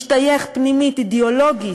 משתייך פנימית אידיאולוגית,